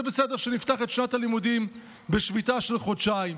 זה בסדר שנפתח את שנת הלימודים בשביתה של חודשיים,